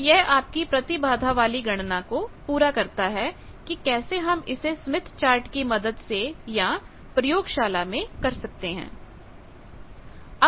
तो यह आपकी प्रतिबाधा वाली गणना को पूरा करता है कि कैसे हम इसे स्मिथ चार्ट की मदद से या प्रयोगशाला में कर सकते हैं